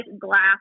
glass